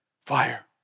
fire